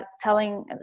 telling